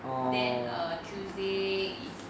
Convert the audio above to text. then err a tuesday is